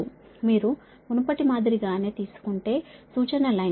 మీరు మునుపటి మాదిరి గానే తీసుకుంటే సూచన లైన్